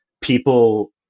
people